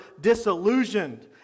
disillusioned